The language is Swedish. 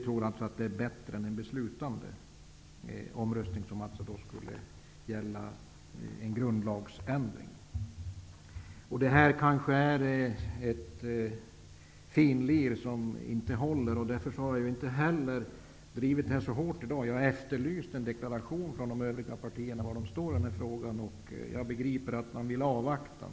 Vi anser detta vara bättre än en beslutande omröstning, som då skulle medföra en grundlagsändring. Det här är kanske ett ''finlir'' som inte håller. Därför har jag inte heller drivit denna fråga så hårt i dag. Jag har efterlyst en deklaration från de övriga partierna om var de står. Jag begriper att de vill avvakta.